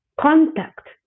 contact